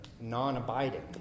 Non-abiding